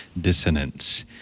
dissonance